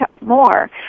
more